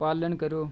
पालन करो